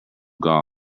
gall